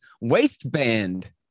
waistband